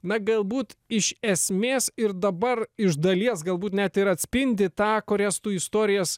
na galbūt iš esmės ir dabar iš dalies galbūt net ir atspindi tą kurias tu istorijas